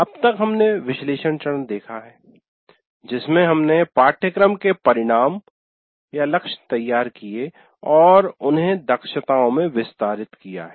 अब तक हमने विश्लेषण चरण देखा है जिसमें हमने पाठ्यक्रम के परिणामलक्ष्य तैयार किए और उन्हें दक्षताओं में विस्तारित किया है